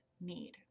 need